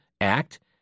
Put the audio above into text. Act